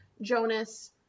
Jonas